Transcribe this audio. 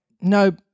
No